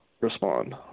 respond